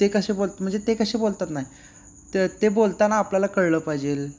ते कसे बोल म्हणजे ते कसे बोलतात नाही ते ते बोलताना आपल्या कळलं पाहिजे